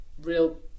real